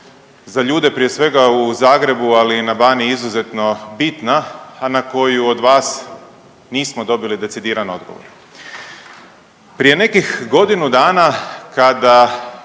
za ljude prije svega u Zagrebu ali i na Baniji izuzetno bitna, a na koju od vas nismo dobili decidirani odgovor. Prije nekih godinu dana kada